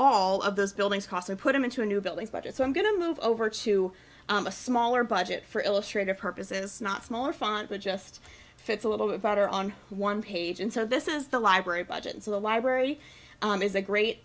all of those buildings cost and put them into a new building but it's i'm going to move over to a smaller budget for illustrative purposes not smaller font but just fits a little bit better on one page and so this is the library budget so the library is a great